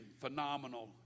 phenomenal